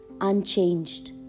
unchanged